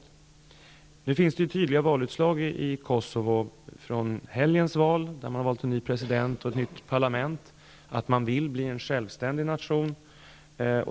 Nu finns det tydliga belägg för från helgens val, där man valt en ny president och ett nytt parlament, att Kosovo vill bli en självständig nation.